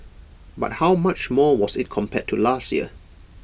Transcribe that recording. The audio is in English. but how much more was IT compared to last year